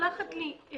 שולחת לי: